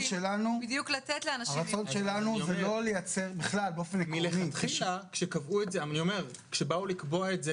מהשינוי לתת לאנשים --- כשבאו לקבוע את זה,